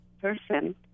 person